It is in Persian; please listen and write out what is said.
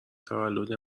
تولد